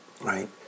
Right